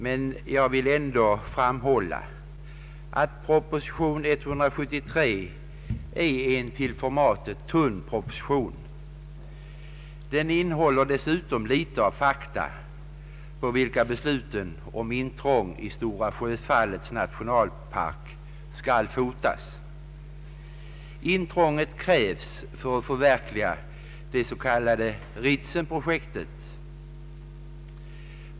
Men jag vill ändå framhålla att proposition 173 är en till formatet tunn proposition. Den innehåller dessutom få fakta på vilka beslutet om intrång i Stora Sjöfallets nationalpark kan grundas. Intrånget krävs för ett förverkligande av det s.k. Ritsemprojektet.